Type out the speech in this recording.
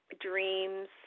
dreams